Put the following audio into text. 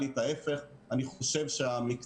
אנחנו שמחים שמשרד הבריאות